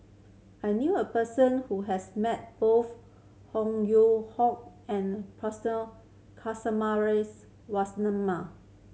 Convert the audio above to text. I knew a person who has met both Ho Hoe and